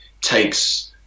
takes